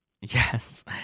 Yes